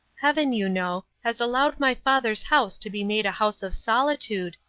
heaven, you know, has allowed my father's house to be made a house of solitude,